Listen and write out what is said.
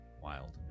Wild